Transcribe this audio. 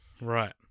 right